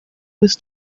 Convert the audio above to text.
with